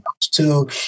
two